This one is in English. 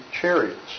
chariots